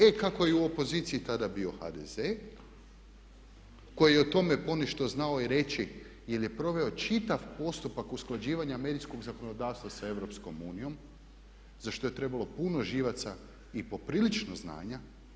E kako je u opoziciji tada bio HDZ koji je o tome ponešto znao i reći jer je proveo čitav postupak usklađivanja medijskog zakonodavstva sa Europskom unijom za što je trebalo puno živaca i poprilično znanja.